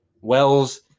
Wells